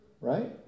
Right